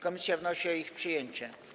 Komisja wnosi o ich przyjęcie.